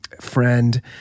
friend